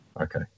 okay